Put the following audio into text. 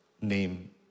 name